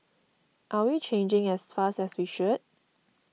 are we changing as fast as we should